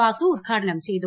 വാസു ഉദ്ഘാടനം ചെയ്തു